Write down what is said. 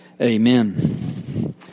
Amen